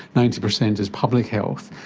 ninety percent is public health,